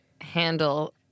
handle